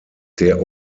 der